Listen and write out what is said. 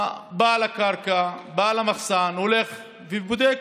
בעל הקרקע, בעל המחסן הולך ובודק.